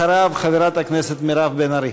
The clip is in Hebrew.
אחריו, חברת הכנסת מירב בן ארי.